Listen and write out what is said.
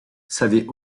savait